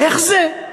איך זה?